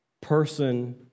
person